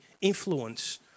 influence